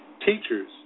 Teachers